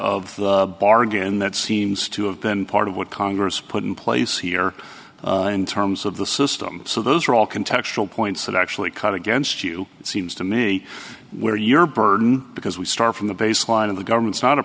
of the bargain that seems to have been part of what congress put in place here in terms of the system so those are all contextual points that actually cut against you it seems to me where your burden because we start from the baseline of the government's not a